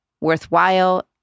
worthwhile